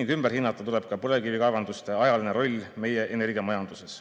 ning ümber hinnata tuleb ka põlevkivikaevanduste ajaline roll meie energiamajanduses.